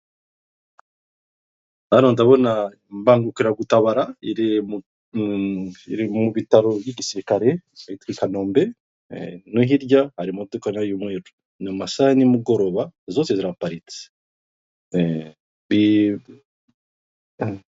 Hano ndabona imbangukira gutabara, iri mu bitaro by'igisirikare i Kanombe, no hirya hari imodoka nayo y'umweru. Ni mu masaha ya nimugoroba, zose ziraparitse.